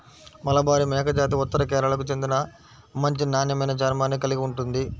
మలబారి మేకజాతి ఉత్తర కేరళకు చెందిన మంచి నాణ్యమైన చర్మాన్ని కలిగి ఉంటుంది